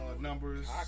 numbers